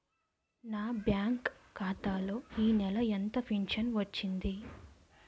నా బ్యాంక్ ఖాతా లో ఈ నెల ఎంత ఫించను వచ్చింది?